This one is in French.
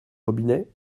robinet